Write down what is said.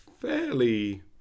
fairly